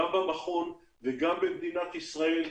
גם במכון וגם במדינת ישראל,